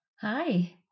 Hi